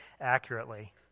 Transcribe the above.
accurately